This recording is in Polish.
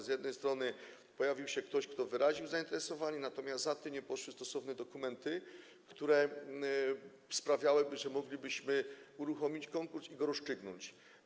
Z jednej strony pojawił się ktoś, kto wyraził zainteresowanie, natomiast za tym nie poszły stosowne dokumenty, które sprawiłyby, że moglibyśmy uruchomić konkurs i go rozstrzygnąć.